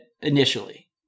initially